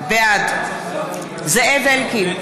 בעד זאב אלקין,